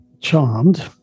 Charmed